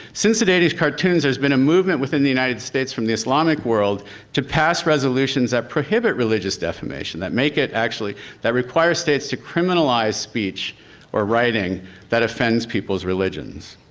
since today these cartoons, there's been a movement within the united states from the islamic world to pass resolutions that prohibit religious defamation that make it actually that requires states to criminalize speech or writing that offends people's religions.